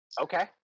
Okay